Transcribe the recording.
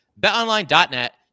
BetOnline.net